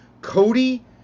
Cody